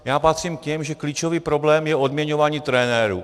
Já patřím k těm, že klíčový problém je odměňování trenérů.